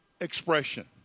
expression